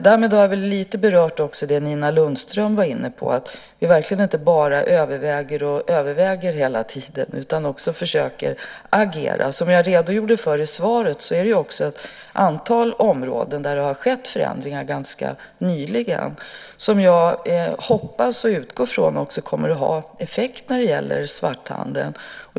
Därmed har jag väl något berört det som Nina Lundström var inne på, nämligen att vi verkligen inte hela tiden bara överväger och överväger utan också försöker agera. Som jag redogjorde för i svaret har det på ett antal områden ganska nyligen skett förändringar, och jag hoppas och utgår från att de kommer att ha effekt på svarthandeln.